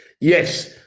Yes